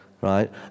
right